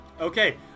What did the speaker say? Okay